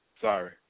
Sorry